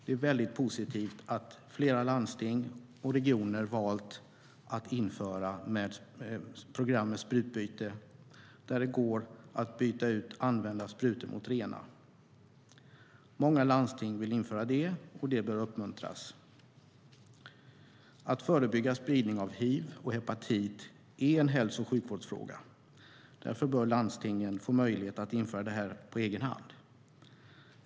Det är väldigt positivt att flera landsting och regioner valt att införa program med sprututbyte, där det går att byta ut använda sprutor mot rena. Många landsting vill införa det, och det bör uppmuntras. Att förebygga spridning av hiv och hepatit är en hälso och sjukvårdsfråga. Därför bör landstingen få möjlighet att införa det på egen hand.